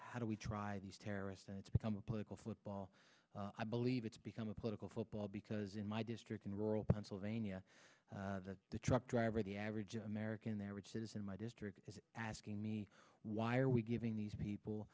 how do we try these terror it's become a political football i believe it's become a political football because in my district in rural pennsylvania the truck driver the average american the average citizen my district is asking me why are we giving these people